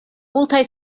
multaj